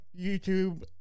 YouTube